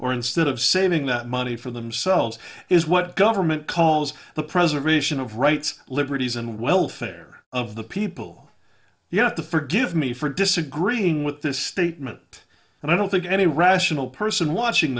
or instead of saving that money for themselves is what government calls the preservation of rights liberties and welfare of the people you have to forgive me for disagreeing with this statement and i don't think any rational person watching